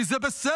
כי זה בסדר,